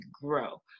grow